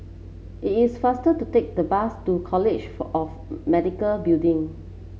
it is faster to take the bus to College of Medical Building